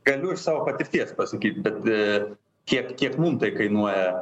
galiu iš savo patirties pasakyt bet kiek kiek mum tai kainuoja